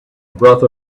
breath